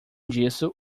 disso